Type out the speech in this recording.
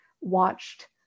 watched